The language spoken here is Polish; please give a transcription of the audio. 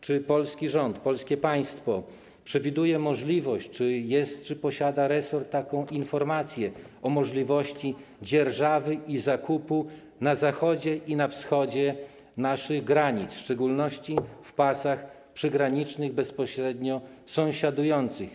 Czy polski rząd, polskie państwo przewiduje możliwość, czy resort posiada informację o możliwości dzierżawy i zakupu na zachód i na wschód od naszych granic, w szczególności w pasach przygranicznych bezpośrednio sąsiadujących?